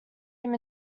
him